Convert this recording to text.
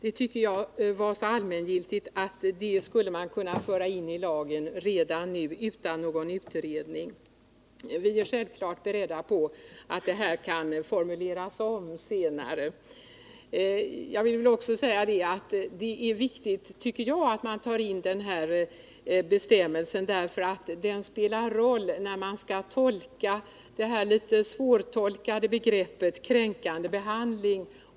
Det tycker jag är så allmängiltigt att man skulle kunna föra in det i lagen redan nu utan någon utredning. Vi är självklart medvetna om att påståendet kan formuleras om senare. Det är viktigt att man tar in denna bestämmelse. Den spelar en roll, när man skall tolka det något svårtolkade begreppet kränkande behandling.